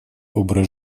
образ